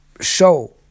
show